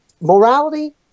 morality